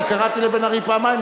אני קראתי לבן-ארי פעמיים,